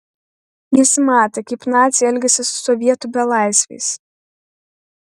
jis matė kaip naciai elgiasi su sovietų belaisviais